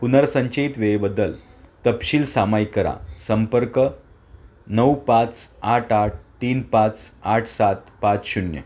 पुनर्संचयित वेळेबद्दल तपशील सामायिक करा संपर्क नऊ पाच आठ आठ तीन पाच आठ सात पाच शून्य